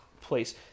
place